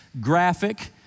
graphic